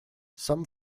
some